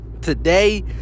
Today